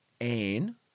Anne